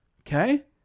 Okay